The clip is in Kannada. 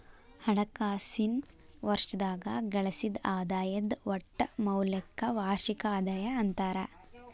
ಹಣಕಾಸಿನ್ ವರ್ಷದಾಗ ಗಳಿಸಿದ್ ಆದಾಯದ್ ಒಟ್ಟ ಮೌಲ್ಯಕ್ಕ ವಾರ್ಷಿಕ ಆದಾಯ ಅಂತಾರ